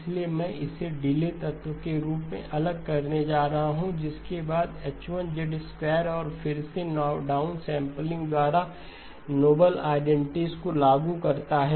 इसलिए मैं इसे डिले तत्व के रूप में अलग करने जा रहा हूं जिसके बादH1 और फिर से डाउनसैंपलिंग द्वारा नोबेल आइडेंटिटी को लागू करता है